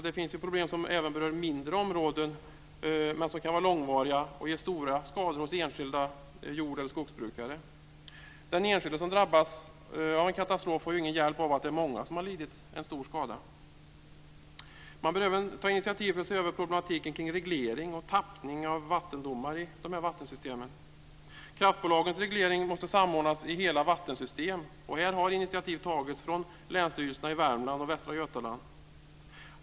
Det finns problem som även berör mindre områden men som kan vara långvariga och ge stora skador hos enskilda jord eller skogsbrukare. Den enskilde som drabbas av en katastrof har ju ingen hjälp av att det är många som har lidit en stor skada. Man bör även ta initiativ för att se över problematiken kring reglering, tappning och vattendomar när det gäller dessa vattensystem. Kraftbolagens reglering måste samordnas i hela vattensystemet. Här har initiativ tagits från länsstyrelserna i Värmland och Västra Götaland.